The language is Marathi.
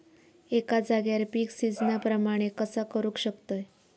एका जाग्यार पीक सिजना प्रमाणे कसा करुक शकतय?